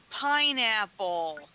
pineapple